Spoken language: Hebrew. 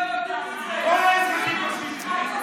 כל האזרחים.